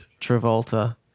Travolta